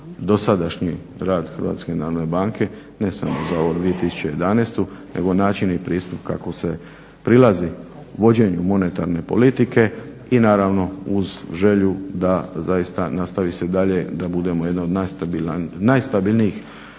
dosadašnji rad HNB, ne samo za ovu 2011., nego način i pristup kako se prilazi vođenju monetarne politike i naravno uz želju da zaista nastavi se dalje da budemo jedna od najstabilnijih